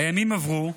הימים עברו,